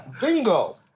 Bingo